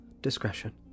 discretion